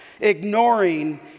ignoring